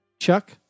Chuck